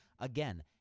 Again